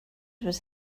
was